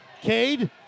Cade